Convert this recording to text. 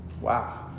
Wow